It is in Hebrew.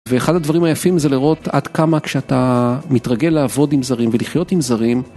ואחד הדברים היפים זה לראות עד כמה כשאתה מתרגל לעבוד עם זרים ולחיות עם זרים